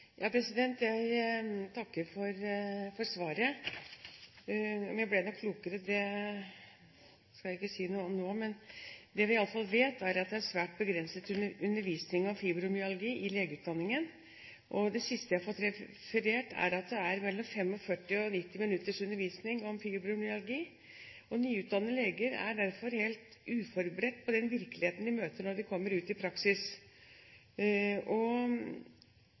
Jeg takker for svaret. Om jeg ble noe klokere, skal jeg ikke si noe om nå. Men det vi iallfall vet, er at det er svært begrenset undervisning om fibromyalgi i legeutdanningen. Det siste jeg har fått referert, er at det er mellom 45 og 90 minutters undervisning om fibromyalgi. Nyutdannede leger er derfor helt uforberedt på den virkeligheten de møter når de kommer ut i praksis.